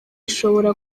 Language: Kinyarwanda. ishobora